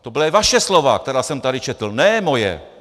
To byla vaše slova, která jsem tady četl, ne moje.